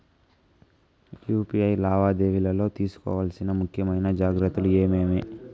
UPI లావాదేవీలలో తీసుకోవాల్సిన ముఖ్యమైన జాగ్రత్తలు ఏమేమీ?